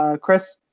Chris